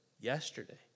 yesterday